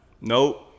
Nope